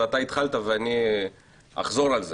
ואתה התחלת ואני אחזור על זה